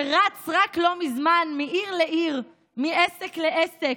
שרץ רק לא מזמן מעיר לעיר, מעסק לעסק,